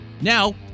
Now